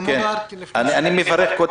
אני מברך על